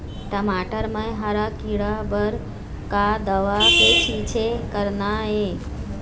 टमाटर म हरा किरा बर का दवा के छींचे करना ये?